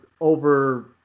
over